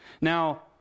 Now